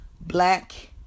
Black